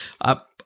up